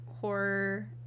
horror